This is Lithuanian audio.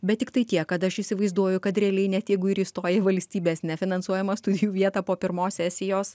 bet tiktai tiek kad aš įsivaizduoju kad realiai net jeigu ir įstoję į valstybės nefinansuojamą studijų vietą po pirmos sesijos